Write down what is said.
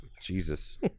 Jesus